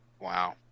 Wow